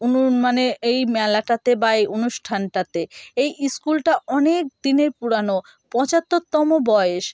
উনিও মানে এই মেলাটাতে বা এই অনুষ্ঠানটাতে এই স্কুলটা অনেক দিনের পুরানো পঁচাত্তরতম বয়স